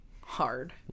hard